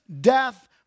death